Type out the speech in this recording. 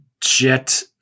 Jet